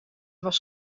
was